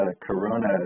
Corona